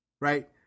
right